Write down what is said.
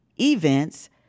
events